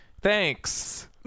Thanks